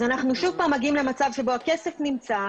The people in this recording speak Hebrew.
אז אנחנו שוב מגיעים למצב שבו הכסף נמצא,